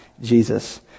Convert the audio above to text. Jesus